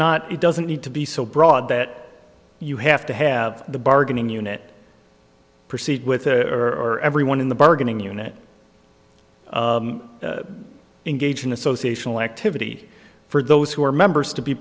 not it doesn't need to be so broad that you have to have the bargaining unit proceed with there are everyone in the bargaining unit engage in association activity for those who are members to be